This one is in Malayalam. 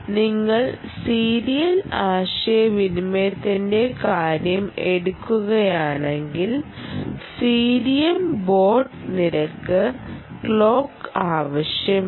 നിങ്ങൾ സീരിയൽ ആശയവിനിമയത്തിന്റെ കാര്യം എടുക്കുകയാണെങ്കിൽ സീരിയൽ ബോഡ് നിരക്കിന് ക്ലോക്ക് ആവശ്യമാണ്